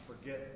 forget